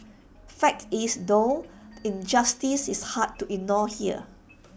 fact is though injustice is hard to ignore here